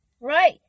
Right